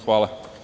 Hvala.